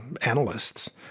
analysts